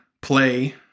play